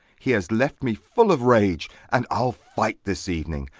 he has left me full of rage and i'll fight this evening,